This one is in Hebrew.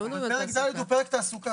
אבל פרק ד' הוא פרק תעסוקה.